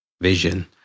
vision